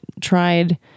tried